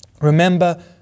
Remember